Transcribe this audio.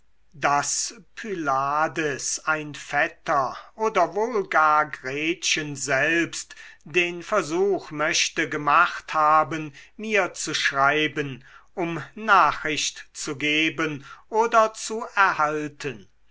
daß pylades ein vetter oder wohl gar gretchen selbst den versuch möchte gemacht haben mir zu schreiben um nachricht zu geben oder zu erhalten